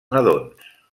nadons